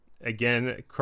Again